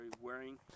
wearing